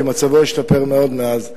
כי מצבו השתפר מאוד מאז,